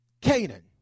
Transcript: Canaan